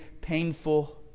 painful